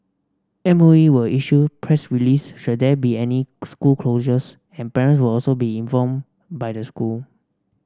M O E will issue press release should there be any school closures and parents will also be informed by the school